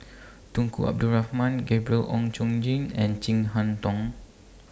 Tunku Abdul Rahman Gabriel Oon Chong Jin and Chin Harn Tong